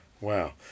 Wow